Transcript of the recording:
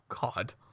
god